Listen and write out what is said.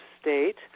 state